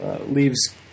leaves